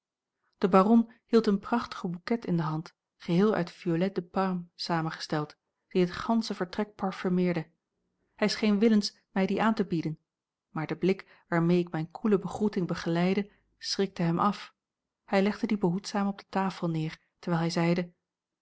de baron hield een prachtigen bouquet in de hand geheel uit violettes de parme samengesteld die het gansche vertrek parfumeerde hij scheen willens mij die aan te bieden maar de blik waarmee ik mijne koele begroeting begeleide schrikte hem af hij legde die behoedzaam op de tafel neer terwijl hij zeide